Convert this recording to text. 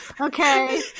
Okay